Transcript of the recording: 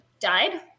Died